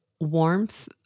warmth